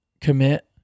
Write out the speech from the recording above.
commit